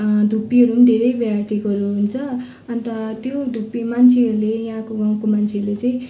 धुप्पीहरू नि धेरै भेराइटीकोहरू हुन्छ अन्त त्यो धुप्पी मान्छेहरूले यहाँको गाउँको मान्छेहरूले चाहिँ